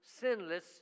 sinless